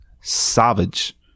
savage